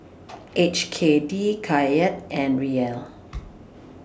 H K D Kyat and Riel